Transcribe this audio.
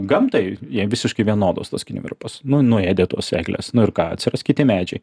gamtai jie visiškai vienodos tos kinivarpos nu nuėdė tuos egles nu ir ką atsiras kiti medžiai